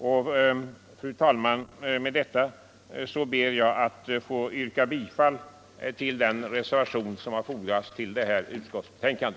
Fru talman! Med det anförda ber jag att få yrka bifall till den reservation som fogats vid utskottets betänkande.